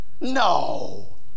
No